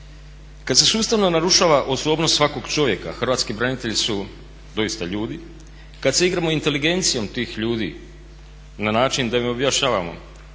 Kada se sustavno narušava osobnost svakog čovjeka, hrvatski branitelji su doista ljudi, kada se igramo inteligencijom tih ljudi na način da im objašnjavamo